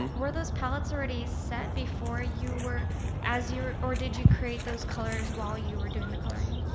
and were those palettes already set before you were as you or did you create those colors while you were doing the coloring?